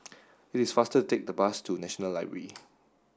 it is faster take the bus to National Library